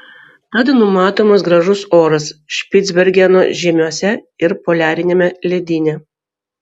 tad numatomas gražus oras špicbergeno žiemiuose ir poliariniame ledyne